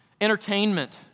entertainment